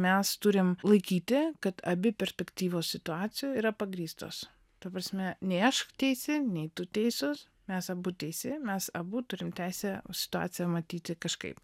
mes turim laikyti kad abi perspektyvos situacijų yra pagrįstos ta prasme nei aš teisi nei tu teisus mes abu teisi mes abu turim teisę situaciją matyti kažkaip